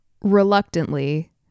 Reluctantly